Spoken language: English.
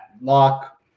lock